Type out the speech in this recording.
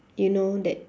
you know that